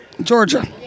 Georgia